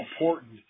important